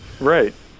right